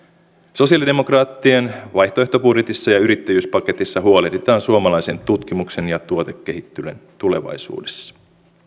sosialidemokraattien vaihtoehtobudjetissa ja yrittäjyyspaketissa huolehditaan suomalaisen tutkimuksen ja tuotekehittelyn tulevaisuudesta